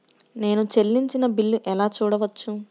నేను చెల్లించిన బిల్లు ఎలా చూడవచ్చు?